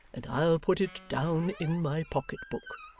and i'll put it down in my pocket-book